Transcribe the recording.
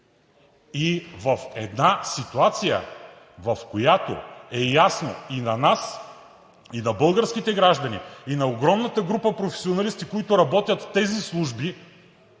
и в една ситуация, в която е ясно и на нас, и на българските граждани, и на огромната група професионалисти, които работят в тези служби,